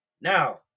Now